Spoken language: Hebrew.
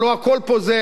הלוא הכול פה זה,